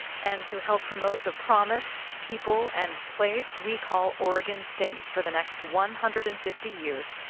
and to help promote the promise, people and place, we call oregon state for the next one hundred and fifty years,